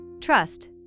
Trust